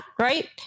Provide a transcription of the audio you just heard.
Right